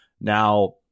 now